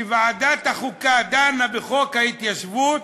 כשוועדת החוקה דנה בחוק ההתיישבות,